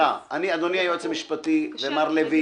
אדוני היועץ המשפטי ומר לויט,